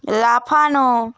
লাফানো